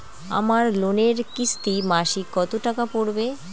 আমার লোনের কিস্তি মাসিক কত টাকা পড়বে?